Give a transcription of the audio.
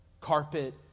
carpet